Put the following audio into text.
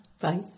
Bye